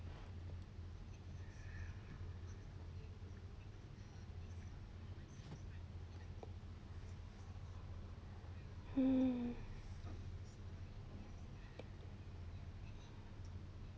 hmm